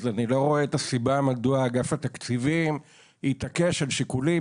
אז אני לא רואה את הסיבה מדוע אגף התקציבים יתעקש על שיקולים,